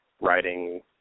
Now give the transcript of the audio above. writing